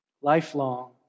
Lifelong